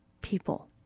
people